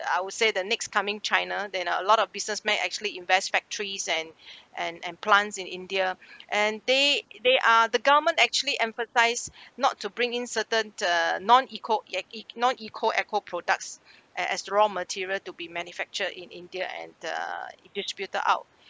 I would say the next coming china then a lot of business may actually invest factories and and and plants in india and they they are the government actually emphasise not to bring in certain uh non-eco e~ e~ non-eco eco products a~ as raw material to be manufacture in india and uh distributed out